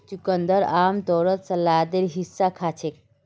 चुकंदरक आमतौरत सलादेर हिस्सा खा छेक